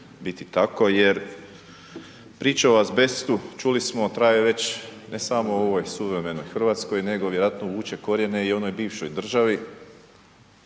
biti tako jer priča o azbestu čuli smo traje već, ne samo u ovoj suvremenoj RH, nego vjerojatno vuče korijene i u onoj bivšoj državi